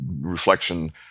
reflection